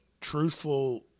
truthful